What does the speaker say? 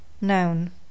Noun